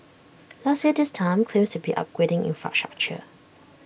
last year this time claims to be upgrading infrastructure